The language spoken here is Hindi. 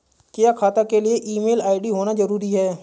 क्या खाता के लिए ईमेल आई.डी होना जरूरी है?